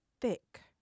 thick